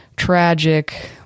Tragic